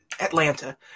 Atlanta